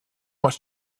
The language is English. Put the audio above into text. much